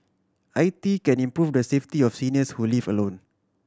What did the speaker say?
I T can improve the safety of seniors who live alone